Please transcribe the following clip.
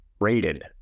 rated